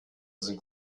sind